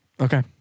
Okay